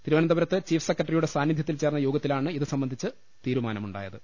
തിരുവനന്തപുരത്ത് ചീഫ് സെക്രട്ടറിയുടെ സാന്നിധ്യ ത്തിൽ ചേർന്ന യോഗത്തിലാണ് ഇതുസംബന്ധിച്ച തീരുമാനമു ണ്ടായത്